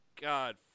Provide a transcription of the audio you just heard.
God